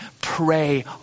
Pray